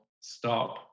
stop